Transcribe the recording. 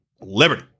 Liberty